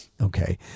okay